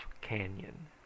Canyon